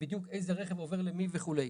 בדיוק איזה רכב עובר למי וכו'.